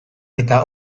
eta